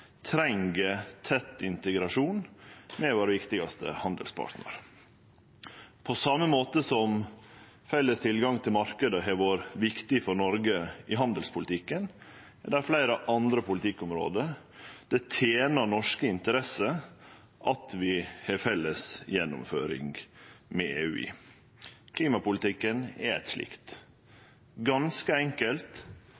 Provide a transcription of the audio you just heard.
treng tett integrasjon med våre viktigaste handelspartnarar. På same måte som felles tilgang til marknaden har vore viktig for Noreg i handelspolitikken, er det fleire andre politikkområde der det tener norske interesser at vi har felles gjennomføring med EU. Klimapolitikken er eit slikt,